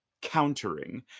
countering